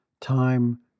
time